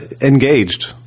Engaged